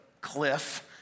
cliff